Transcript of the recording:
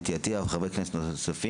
חוה אתי עטייה וחברי כנסת נוספים.